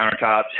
countertops